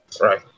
Right